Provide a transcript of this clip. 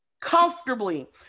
Comfortably